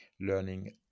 learning